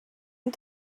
and